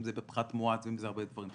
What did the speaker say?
אם זה בפחת מואץ ואם בהרבה דברים.